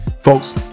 Folks